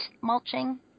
mulching